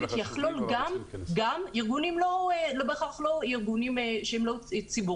שיכלול גם ארגונים לא בהכרח ציבוריים,